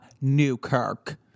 Newkirk